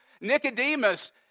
Nicodemus